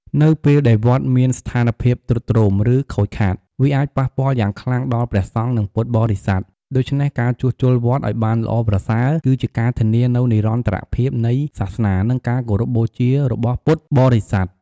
នៅពេលដែលវត្តមានស្ថានភាពទ្រុឌទ្រោម ឬខូចខាត វាអាចប៉ះពាល់យ៉ាងខ្លាំងដល់ ព្រះសង្ឃ និង ពុទ្ធបរិស័ទ។ ដូច្នេះ ការជួសជុលវត្តឱ្យបានល្អប្រសើរ គឺជាការធានានូវនិរន្តរភាពនៃសាសនា និងការគោរពបូជារបស់ពុទ្ធបរិស័ទ។